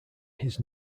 his